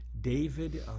David